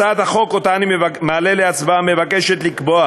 הצעת החוק שאני מעלה להצבעה נועדה לקבוע